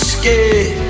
scared